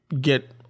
get